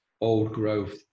Old-growth